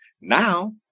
Now